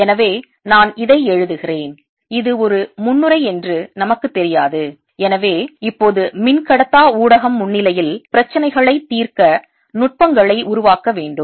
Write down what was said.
எனவே நான் இதை எழுதுகிறேன் இது ஒரு முன்னுரை என்று நமக்குத் தெரியாது எனவே இப்போது மின்கடத்தா ஊடகம் முன்னிலையில் பிரச்சினைகளைத் தீர்க்க நுட்பங்களை உருவாக்க வேண்டும்